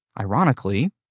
ironically